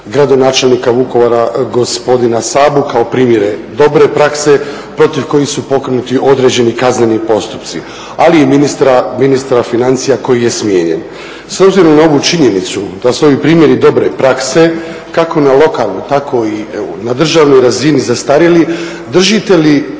gradonačelnika Vukovara gospodina Sabu kao primjere dobre prakse protiv kojih su pokrenuti određeni kazneni postupci, ali i ministra financija koji je smijenjen. S obzirom na ovu činjenicu da su ovi primjeri dobre prakse kako na lokalnoj tako i na državnoj razini zastarjeli držite li